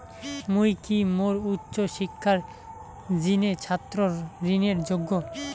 মুই কি মোর উচ্চ শিক্ষার জিনে ছাত্র ঋণের যোগ্য?